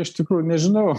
iš tikrųjų nežinau